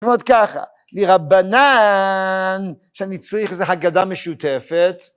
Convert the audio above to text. זאת אומרת ככה, דירבנן, שאני צריך איזו הגדה משותפת.